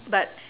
but